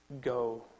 go